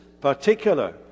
particular